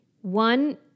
one